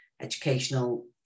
educational